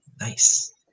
nice